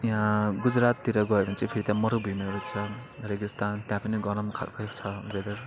यहाँ गुजराततिर गयो भने चाहिँ फेरि त्यहाँ मरुभूमिहरू छ रेगिस्तान त्या पनि गरम खालकै छ वेदर